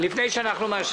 נושא קו המתח מעל קלנסווה,